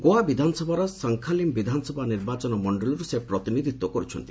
ଗୋଆ ବିଧାନସଭାର ଶଙ୍ଖାଲିମ୍ ବିଧାନସଭା ନିର୍ବାଚନ ମଣ୍ଡଳୀରୁ ସେ ପ୍ରତିନିଧିତ୍ୱ କରୁଛନ୍ତି